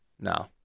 No